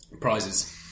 prizes